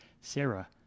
Sarah